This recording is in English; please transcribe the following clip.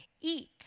eat